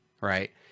right